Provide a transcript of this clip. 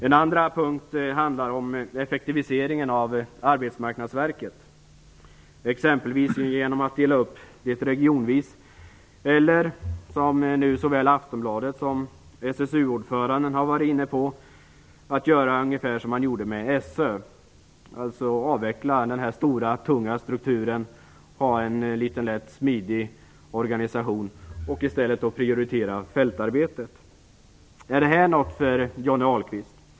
En andra punkt handlar om effektiviseringen av Arbetsmarknadsverket, exempelvis genom att dela upp det regionvis eller, vilket nu såväl Aftonbladet som SSU-ordföranden har varit inne på, göra ungefär som man gjorde med SÖ. Man kan avveckla den stora tunga strukturen och ha en liten, lätt och smidig organisation, och i stället prioritera fältarbetet. Är det något för Johnny Ahlqvist?